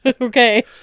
Okay